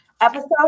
Episode